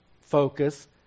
focus